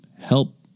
help